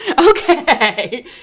Okay